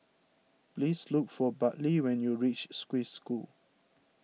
please look for Bartley when you reach Swiss School